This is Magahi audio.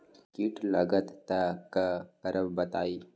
कीट लगत त क करब बताई?